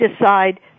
decide